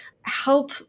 help